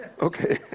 Okay